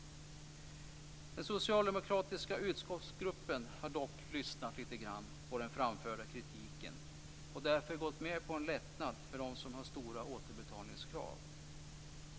Den socialdemokratiska utskottsgruppen har dock lyssnat lite grann på den framförda kritiken och därför gått med på en lättnad för dem som har stora återbetalningskrav.